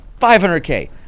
500k